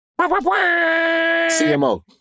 CMO